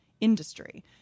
industry